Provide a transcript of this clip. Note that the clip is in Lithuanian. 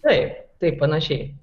taip taip panašiai